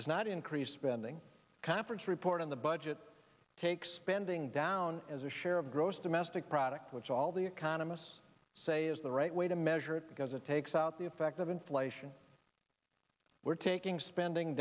does not increase spending conference report in the budget take spending down as a share of gross domestic product which all the economists say is the right way to measure it because it takes out the effect of inflation we're taking spending